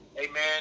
Amen